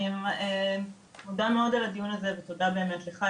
אני מודה מאוד על הדיון הזה ותודה באמת לך,